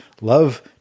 love